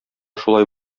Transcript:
шулай